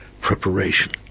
preparation